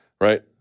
right